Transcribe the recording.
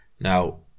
Now